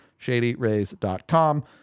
ShadyRays.com